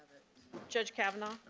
judge kavanaugh?